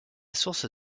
source